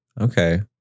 Okay